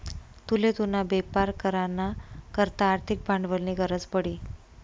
तुले तुना बेपार करा ना करता आर्थिक भांडवलनी गरज पडी